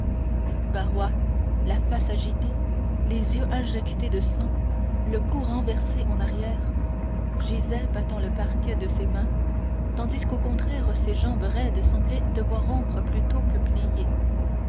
barrois la face agitée les yeux injectés de sang le cou renversé en arrière gisait battant le parquet de ses mains tandis qu'au contraire ses jambes raides semblaient devoir rompre plutôt que plier